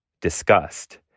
disgust